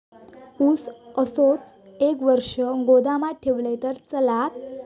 ऊस असोच एक वर्ष गोदामात ठेवलंय तर चालात?